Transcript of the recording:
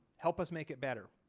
help us make it better.